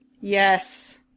Yes